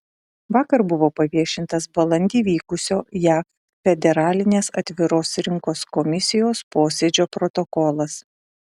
vakar buvo paviešintas balandį vykusio jav federalinės atviros rinkos komisijos posėdžio protokolas